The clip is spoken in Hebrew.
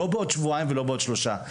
לא בעוד שבועיים ולא בעוד שלושה.